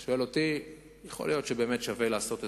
אתה שואל אותי, יכול להיות שבאמת שווה לעשות משהו,